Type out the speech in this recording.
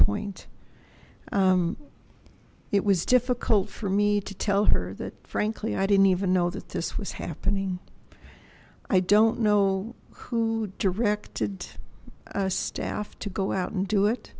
point it was difficult for me to tell her that frankly i didn't even know that this was happening i don't know who directed staff to go out and do it